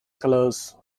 colours